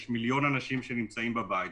יש מיליון אנשים שנמצאים בבית,